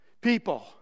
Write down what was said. people